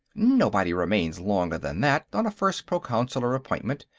nobody remains longer than that on a first proconsular appointment.